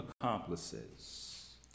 accomplices